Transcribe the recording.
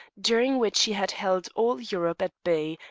during which he had held all europe at bay,